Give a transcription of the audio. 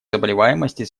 заболеваемости